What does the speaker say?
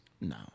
No